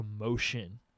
emotion